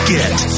Get